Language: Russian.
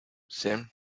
семь